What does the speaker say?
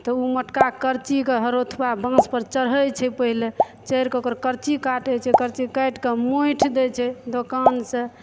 तऽ ऊ मोटका करचीकऽ हरोठबा बाँसपर चढ़ै छै पहिले चढ़िकऽ ओकर करची काटै छै करची काटिकऽ मोठि दै छै दोकानसऽ